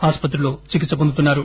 ఆస్పత్రిలో చికిత్ప పొందుతున్నారు